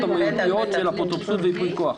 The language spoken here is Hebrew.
המהותיות של אפוטרופסות וייפוי כוח.